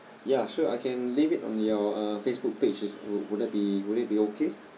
ya sure I can leave it on your uh facebook page is would would that be would it be okay